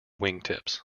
wingtips